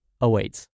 awaits